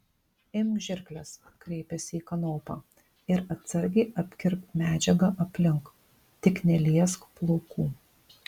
imk žirkles kreipėsi į kanopą ir atsargiai apkirpk medžiagą aplink tik neliesk plaukų